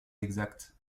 exacts